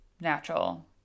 natural